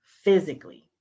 Physically